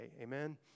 Amen